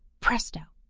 presto!